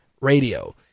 Radio